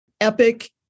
Epic